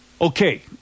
Okay